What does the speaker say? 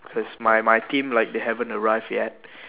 cause my my team like they haven't arrived yet